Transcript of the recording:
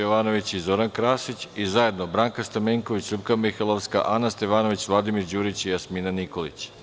Jovanović i Zoran Krasić i zajedno Branka Stamenković, LJupka Mihajlovska, Ana Stevanović, Vladimir Đurić i Jasmina Nikolić.